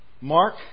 Mark